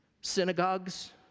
Synagogues